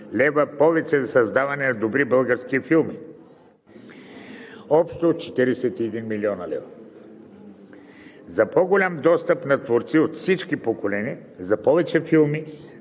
млн. лв. за създаване на добри български филми – общо 41 млн. лв., и за по-голям достъп на творците от всички поколения, за повече филми,